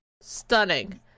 stunning